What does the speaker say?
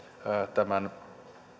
tämän